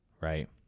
right